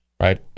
Right